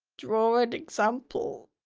draw an example.